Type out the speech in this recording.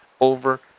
over